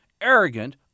arrogant